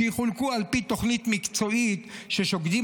שיחולקו על פי תוכנית מקצועית ששוקדים